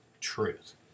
truth